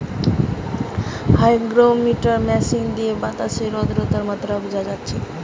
hygrometer machine দিয়ে বাতাসের আদ্রতার মাত্রা বুঝা যাচ্ছে